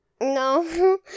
No